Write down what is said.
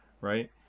right